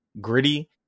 gritty